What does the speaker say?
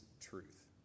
truth